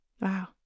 Wow